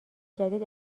جدید